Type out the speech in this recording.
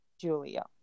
Julia